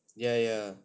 ya ya